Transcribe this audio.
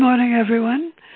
good morning everyone